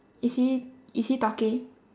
is he is he talking